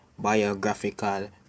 Biographical